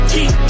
Keep